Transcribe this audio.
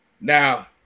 now